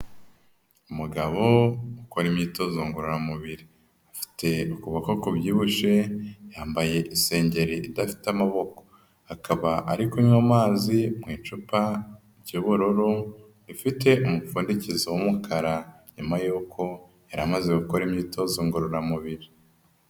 Umugabo ukora imyitozo ngororamubiri. Afite ukuboko kubyibushye, yambaye isengeri idafite amaboko. Akaba ari kunywa amazi mu icupa ry'ubururu rifite umupfundikizo w'umukara, nyuma yuko yari amaze gukora imyitozo ngororamubiri.